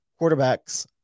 quarterbacks